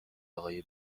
آقای